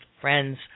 friends